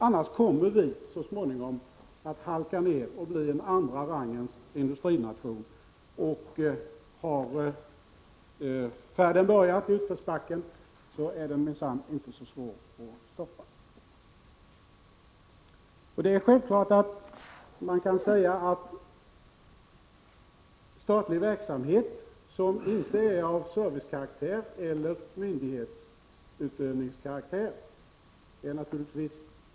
Annars kommer vi så småningom att halka efter och bli en andra rangens industrination. Har färden i utförsbacken väl börjat, är det minsann inte så lätt att stoppa den. Det är naturligtvis mycket mindre viktigt att i statlig regi ha sådan statlig verksamhet som inte är av servicekaraktär eller myndighetsutövningskaraktär.